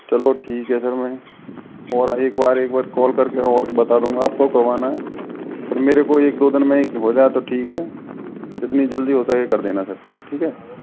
चलो ठीक है सर मैं और एक बार एक बार कॉल करके और बता दूँगा आपको कब आना है और मेरे को एक दो दिन में ही हो जाएगी ठीक है जितनी जल्दी हो सके कर देना सर ठीक है